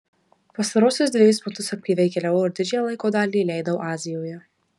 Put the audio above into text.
pastaruosius dvejus metus aktyviai keliavau ir didžiąją laiko dalį leidau azijoje